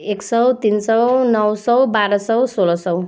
एक सौ तिन सौ नौ सौ बाह्र सौ सोह्र सौ